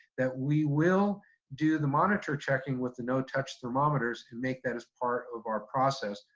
that we will do the monitor checking with the no touch thermometers and make that as part of our process,